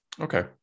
Okay